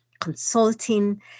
consulting